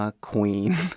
Queen